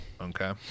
Okay